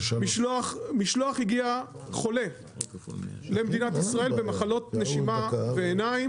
משלוח הגיע חולה למדינת ישראל במחלות נשימה ועיניים,